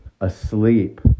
asleep